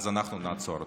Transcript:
אז אנחנו נעצור אותה.